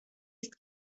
است